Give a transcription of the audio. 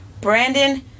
Brandon